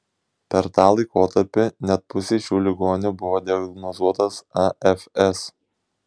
per tą laikotarpį net pusei šių ligonių buvo diagnozuotas afs